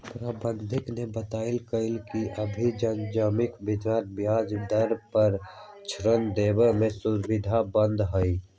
प्रबंधक ने बतल कई कि अभी जोखिम मुक्त ब्याज दर पर ऋण देवे के सुविधा बंद हई